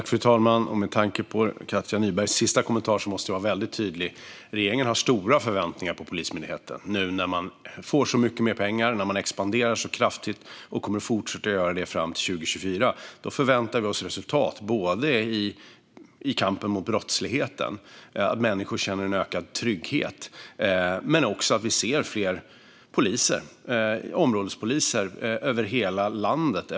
Fru talman! Med tanke på Katja Nybergs sista kommentar måste jag vara mycket tydlig, nämligen att regeringen har stora förväntningar på Polismyndigheten. När myndigheten får så mycket mer pengar, när man expanderar så kraftigt och kommer att fortsätta att göra det fram till 2024, då förväntar vi oss resultat i kampen mot brottsligheten, att människor känner en ökad trygghet och fler områdespoliser över hela landet.